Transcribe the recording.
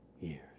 years